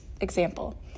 example